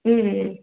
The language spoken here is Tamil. ம் ம்